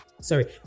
Sorry